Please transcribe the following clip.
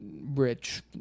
rich